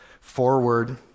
forward